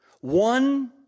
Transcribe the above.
one